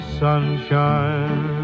sunshine